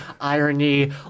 irony